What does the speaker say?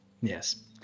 Yes